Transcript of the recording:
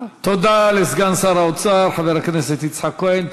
תודה לסגן שר האוצר חבר הכנסת יצחק כהן.